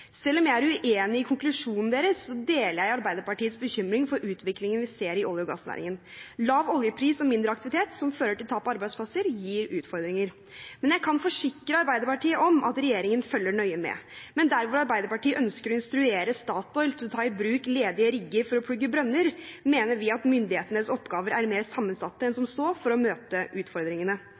Selv om jeg er uenig i konklusjonen deres, deler jeg Arbeiderpartiets bekymring for utviklingen vi ser i olje- og gassnæringen. Lav oljepris og mindre aktivitet som fører til tap av arbeidsplasser, gir utfordringer. Jeg kan forsikre Arbeiderpartiet om at regjeringen følger nøye med. Men der hvor Arbeiderpartiet ønsker å instruere Statoil til å ta i bruk ledige rigger for å plugge brønner, mener vi at myndighetenes oppgaver er mer sammensatte enn som så for å møte utfordringene.